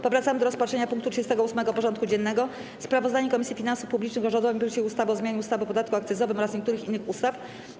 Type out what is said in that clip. Powracamy do rozpatrzenia punktu 38. porządku dziennego: Sprawozdanie Komisji Finansów Publicznych o rządowym projekcie ustawy o zmianie ustawy o podatku akcyzowym oraz niektórych innych ustaw.